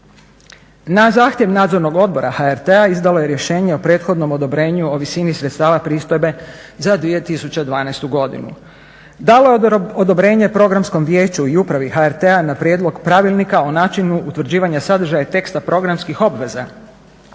Na zahtjev Nadzornog odbora HRT-a izdalo je rješenje o prethodnom odobrenju o visini sredstava pristojbe za 2012.godinu. Dalo je odobrenje i programskom vijeću i upravi HRT-a na prijedlog Pravilnika o načinu utvrđivanja, sadržaja, teksta, programskih obveza